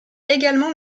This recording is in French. également